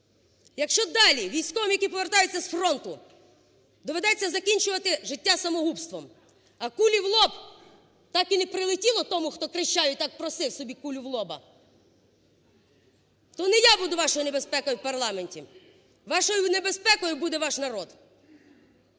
якщо далі військовому, який повертається з фронту, доведеться закінчуватися життя самогубством, а кулі в лоб так і не прилетіло тому, хто кричав і так просив собі кулю в лоба, то не я буду вашою небезпекою в парламенті. Вашою небезпекою буде ваш народ.